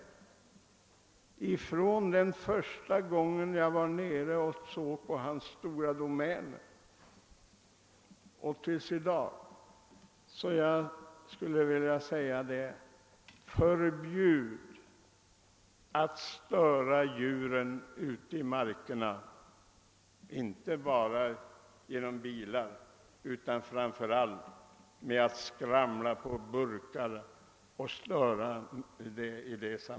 Det konstaterade jag första gången jag var nere och tittade på hans stora domäner. Jag skulle vilja säga: Förbjud störandet av djuren ute i markerna! De störs inte bara av ljudet från bilar utan framför allt av detta skramlande med burkar.